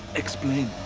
explain.